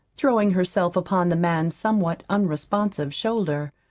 throwing herself upon the man's somewhat unresponsive shoulder.